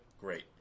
great